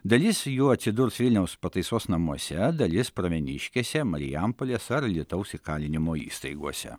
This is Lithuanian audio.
dalis jų atsidurs vilniaus pataisos namuose dalis pravieniškėse marijampolės ar alytaus įkalinimo įstaigose